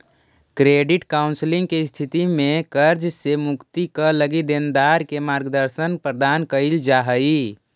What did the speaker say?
credit counselling के स्थिति में कर्ज से मुक्ति क लगी देनदार के मार्गदर्शन प्रदान कईल जा हई